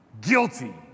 guilty